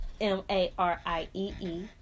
m-a-r-i-e-e